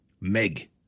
Meg